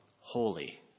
holy